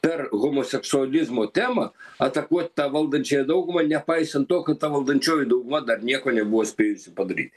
per homoseksualizmo temą atakuot tą valdančiąją daugumą nepaisant to kad ta valdančioji dauguma dar nieko nebuvo spėjusi padaryt